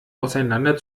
auseinander